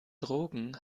drogen